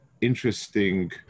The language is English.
interesting